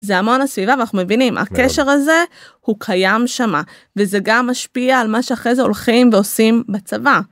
זה המון הסביבה ואנחנו מבינים הקשר הזה הוא קיים שמה וזה גם משפיע על מה שאחרי זה הולכים ועושים בצבא.